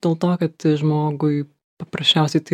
dėl to kad žmogui paprasčiausiai tai